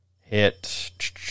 Hit